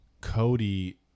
cody